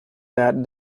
that